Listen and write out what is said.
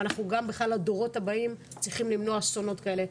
אבל אנחנו גם לדורות הבאים צריכים למנוע אסונות כאלה,